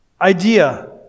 idea